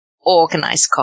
organize